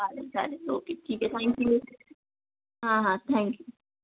चालेल चालेल ओके ठीक आहे थँक्यू हां हां थँक्यू